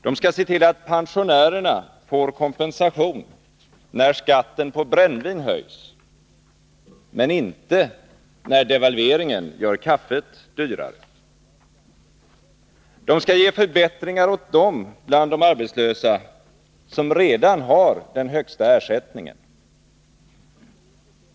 De skall se till att pensionärerna får kompensation när skatten på brännvin höjs — men inte när devalveringen gör kaffet dyrare. De skall ge förbättringar åt dem bland de arbetslösa som redan har den högsta ersättningen.